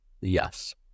Yes